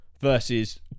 versus